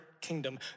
kingdom